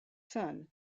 son